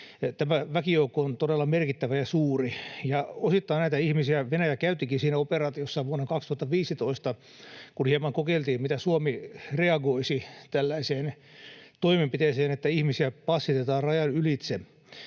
Tämä väkijoukko on todella merkittävä ja suuri, ja osittain näitä ihmisiä Venäjä käyttikin operaatiossaan vuonna 2015, kun hieman kokeiltiin, miten Suomi reagoisi tällaiseen toimenpiteeseen, että ihmisiä passitetaan rajan ylitse.